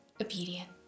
obedient